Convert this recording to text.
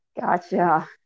Gotcha